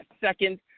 second